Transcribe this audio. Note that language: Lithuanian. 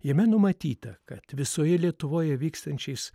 jame numatyta kad visoje lietuvoje vykstančiais